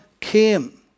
came